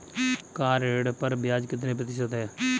Car ऋण पर ब्याज कितने प्रतिशत है?